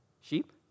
sheep